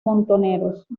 montoneros